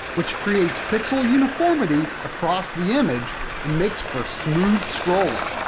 which creates pixel uniformity across the image and makes for smooth scrolling.